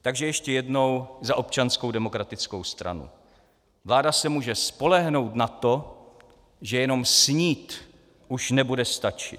Takže ještě jednou za Občanskou demokratickou stranu: Vláda se může spolehnout na to, že jenom snít už nebude stačit.